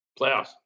Playoffs